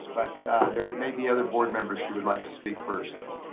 but there may be other board members who would like to speak first.